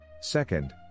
Second